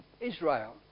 Israel